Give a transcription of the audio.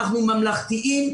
אנחנו ממלכתיים,